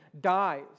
dies